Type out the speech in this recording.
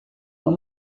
uma